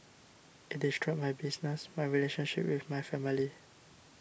it destroyed my business my relationship with my family